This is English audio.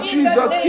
Jesus